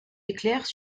éclairent